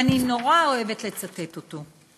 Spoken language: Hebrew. ואני נורא אוהבת לצטט אותו.